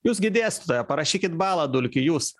jūs gi dėstytoja parašykit balą dulkiui jūs